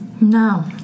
No